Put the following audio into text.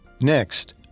Next